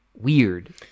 weird